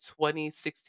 2016